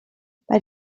bei